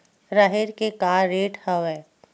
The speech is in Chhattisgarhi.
राहेर के का रेट हवय?